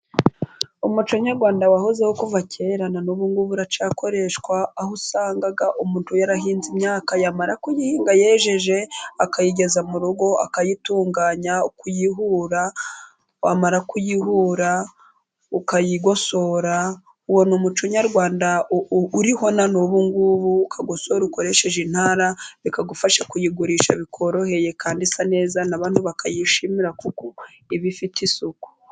Umuco nyarwanda wahozeho kuva kera n'ubu ngubu uracyakoreshwa, aho usanga umuntu yarahinze imyaka, yamara guhinga yejeje akayigeza mu rugo, akayitunganya, kuyihura, wamara kuyihura ukayigosora, ubona umuco nyarwanda uriho na n'ubungubu, ukagosora ukoresheje intara, bikagufasha kuyigurisha bikoroheye kandi isa neza, na abantu bakayishimira kuko iba ifite isuku.